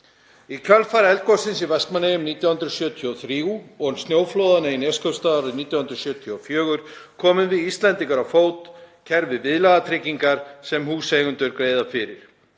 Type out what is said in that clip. Í kjölfar eldgossins í Vestmannaeyjum 1973 og snjóflóðanna í Neskaupstað árið 1974 komum við Íslendingar á fót kerfi viðlagatryggingar sem húseigendur greiða fyrir.